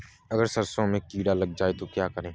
अगर सरसों में कीड़ा लग जाए तो क्या करें?